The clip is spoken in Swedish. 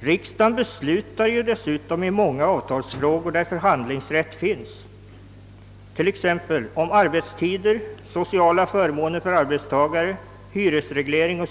Riksdagen beslutar dessutom i många avtalsfrågor där förhandlingsrätt finns, t.ex. om arbetstider, sociala förmåner för arbetstagare och hyresreglering.